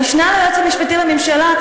המשנה ליועץ המשפטי לממשלה,